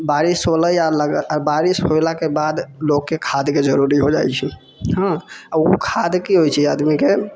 बारिश होलै आ बारिश होला के बाद लोकके खादके जरुरी हो जाइ छै हँ ओ खाद की होइ छै आदमी के